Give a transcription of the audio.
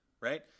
right